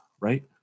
right